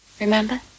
Remember